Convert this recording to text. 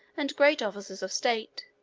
and great officers of state,